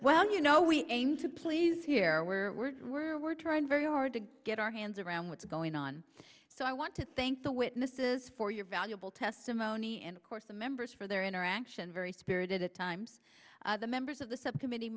well you know we aim to please here where words were we're trying very hard to get our hands around what's going on so i want to thank the witnesses for your valuable testimony and of course the members for their interaction very spirited at times the members of the subcommittee